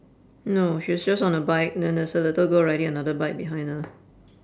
no she's just on a bike and then there's a little girl riding another bike behind her